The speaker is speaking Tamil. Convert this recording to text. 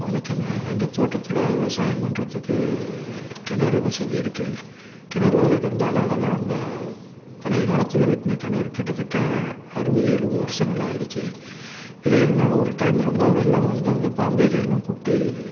வணக்கம்ங்க எங்கள் தோட்டத்தில் விவசாயம் பண்ணுறதுக்கு கிணறு வசதி இருக்கு கிணறு இருந்தாலும் அந்த பழைய காலத்தில் வெட்டின கிணறு கிட்டத்தட்ட அறுபது எழுபது வருஷங்கள் ஆகிடுச்சு இடையிலல்லாம் ஒரு டைம் ரொம்ப வெள்ளம் வந்து அந்த பாம்பேரியெல்லாம் புட்டு